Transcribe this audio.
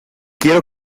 quiero